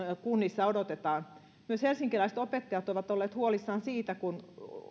kunnissa odotetaan myös helsinkiläiset opettajat ovat olleet huolissaan siitä kun